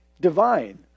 divine